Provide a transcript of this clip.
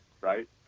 right